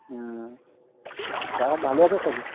ছাৰহঁত ভালেই আছে চাগৈ